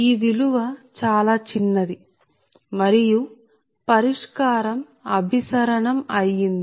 ఈ విలువ చాలా చిన్నది మరియు పరిష్కారం అభిసరణం అయ్యింది